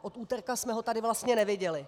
Od úterka jsme ho tady vlastně neviděli.